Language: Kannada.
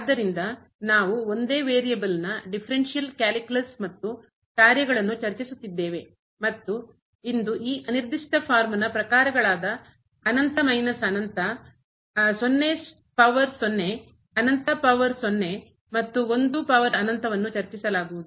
ಆದ್ದರಿಂದ ನಾವು ಒಂದೇ ವೇರಿಯೇಬಲ್ನ ಡಿಫರೆನ್ಷಿಯಲ್ ಕ್ಯಾಲ್ಕುಲಸ್ ಕಲನಶಾಸ್ತ್ರ ಮತ್ತು ಕಾರ್ಯಗಳನ್ನು ಚರ್ಚಿಸುತ್ತಿದ್ದೇವೆ ಮತ್ತು ಇಂದು ಈ ಅನಿರ್ದಿಷ್ಟ ಫಾರ್ಮ್ ನ ಪ್ರಕಾರಗಳಾದ ಅನಂತ ಮೈನಸ್ ಅನಂತ 0 ಶಕ್ತಿ 0 ಅನಂತ ಶಕ್ತಿ 0 ಮತ್ತು 1 ಶಕ್ತಿ ಅನಂತವನ್ನು ಚರ್ಚಿಸಲಾಗುವುದು